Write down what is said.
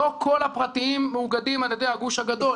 לא כל הפרטיים מאוגדים על ידי הגוש הגדול.